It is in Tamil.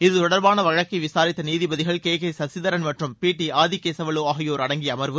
இதுதொடர்பான வழக்கை விசாரித்த நீதிபதிகள் கே கே சசிதரன் மற்றும் பி டி ஆதிகேசவலு ஆகியோர் அடங்கிய அமாவு